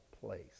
place